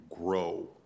grow